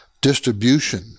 distribution